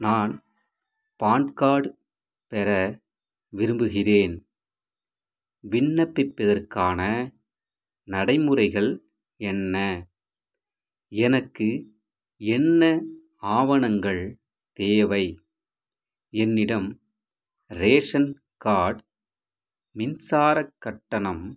நான் PAN card பெற விரும்புகிறேன் விண்ணப்பிப்பதற்கான நடைமுறைகள் என்ன எனக்கு என்ன ஆவணங்கள் தேவை என்னிடம் ரேஷன் கார்ட் மின்சாரக் கட்டணம்